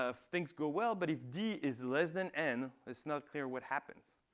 ah things go well. but if d is less than n, it's not clear what happens.